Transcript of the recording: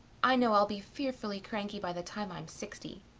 i know i'll be fearfully cranky by the time i'm sixty.